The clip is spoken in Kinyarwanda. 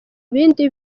bindi